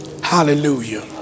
hallelujah